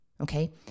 Okay